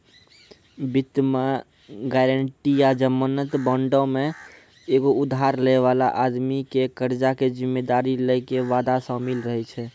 वित्त मे गायरंटी या जमानत बांडो मे एगो उधार लै बाला आदमी के कर्जा के जिम्मेदारी लै के वादा शामिल रहै छै